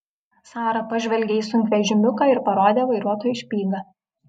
sara pažvelgė į sunkvežimiuką ir parodė vairuotojui špygą